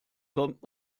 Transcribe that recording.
kommt